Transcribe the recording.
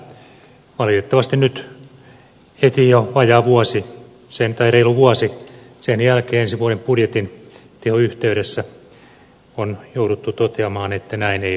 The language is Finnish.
valitettavasti nyt heti jo reilu vuosi sen jälkeen ensi vuoden budjetin teon yhteydessä on jouduttu toteamaan että näin ei ole käynyt